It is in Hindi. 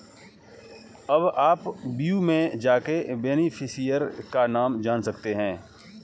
अब आप व्यू में जाके बेनिफिशियरी का नाम जान सकते है